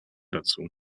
dazu